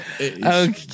Okay